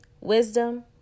wisdom